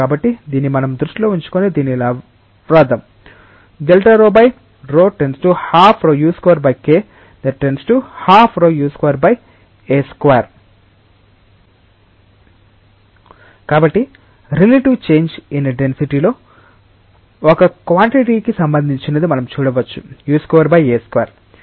కాబట్టి దీన్ని మనం దృష్టిలో ఉంచుకుని దీన్ని ఇలా వ్రాయండి Δρp ½ 𝜌 u2k ½ 𝜌 u2a2 కాబట్టి రిలేటివ్ చేంజ్ ఇన్ డేన్సిటీలో ఒక క్వాన్టిటిటీకి సంబంధించినదని మనం చూడవచ్చు u2a2